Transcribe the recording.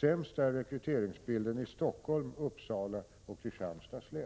sämst är rekryteringsbilden i Stockholms, Uppsala och Kristianstads län.